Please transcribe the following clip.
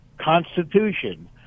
Constitution